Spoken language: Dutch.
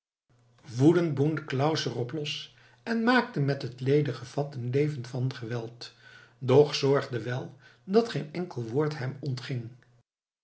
woedend boende claus er op los en maakte met het ledige vat een leven van geweld doch zorgde wel dat geen enkel woord hem ontging